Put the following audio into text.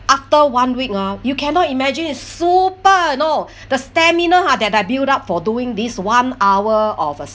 after one week ah you cannot imagine super you know the stamina !huh! that I built up for doing this one hour of uh